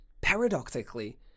Paradoxically